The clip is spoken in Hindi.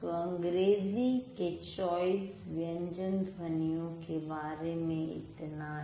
तो अंग्रेजी के २४ व्यंजन ध्वनियों के बारे में इतना ही